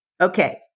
Okay